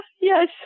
yes